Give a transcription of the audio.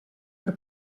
per